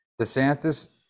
DeSantis